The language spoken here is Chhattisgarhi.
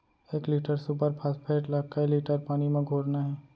एक लीटर सुपर फास्फेट ला कए लीटर पानी मा घोरना हे?